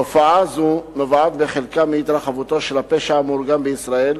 תופעה זו נובעת בחלקה מהתרחבותו של הפשע המאורגן בישראל.